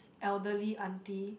elderly aunty